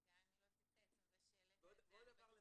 וגם אם היא לא תצא עצם זה שהעלית את זה אני בטוחה